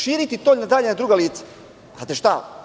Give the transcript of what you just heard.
Širiti to dalje na druga lica, znate šta?